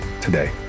today